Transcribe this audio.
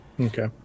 Okay